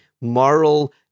moral